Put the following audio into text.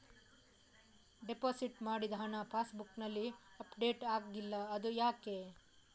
Deposit ಮಾಡಿದ ಹಣ pass ಬುಕ್ನಲ್ಲಿ ಅಪ್ಡೇಟ್ ಆಗಿಲ್ಲ ಅದು ಯಾಕೆ?